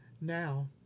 Now